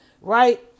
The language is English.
right